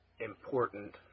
important